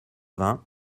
vingts